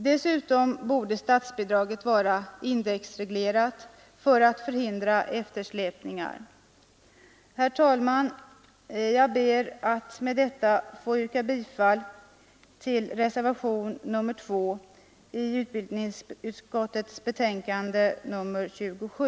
Dessutom borde statsbidraget vara indexreglerat för att eftersläpningar skulle förhindras. Herr talman! Jag ber att med det anförda få yrka bifall till reservationen 2 vid utbildningsutskottets betänkande nr 27.